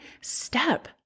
step